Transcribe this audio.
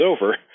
over